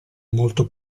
molto